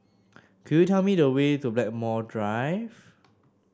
could you tell me the way to Blackmore Drive